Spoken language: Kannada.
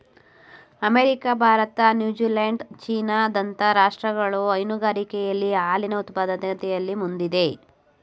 ಅಮೆರಿಕ, ಭಾರತ, ನ್ಯೂಜಿಲ್ಯಾಂಡ್, ಚೀನಾ ದಂತ ರಾಷ್ಟ್ರಗಳು ಹೈನುಗಾರಿಕೆಯಲ್ಲಿ ಹಾಲಿನ ಉತ್ಪಾದಕತೆಯಲ್ಲಿ ಮುಂದಿದೆ